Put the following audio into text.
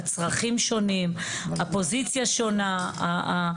הצרכים שונים, הפוזיציה שונה.